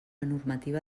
normativa